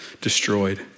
destroyed